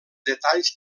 detalls